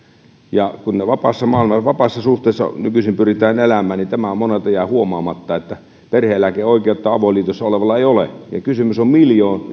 ja kun vapaassa suhteessa nykyisin pyritään elämään niin tämä monelta jää huomaamatta että perhe eläkeoikeutta avoliitossa olevilla ei ole ja kysymys on